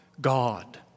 God